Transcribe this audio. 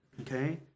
Okay